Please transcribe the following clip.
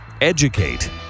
Educate